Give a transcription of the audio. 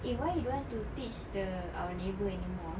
eh why you don't want to teach the our neighbour anymore ah